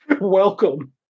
Welcome